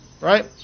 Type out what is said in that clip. right